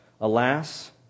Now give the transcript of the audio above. Alas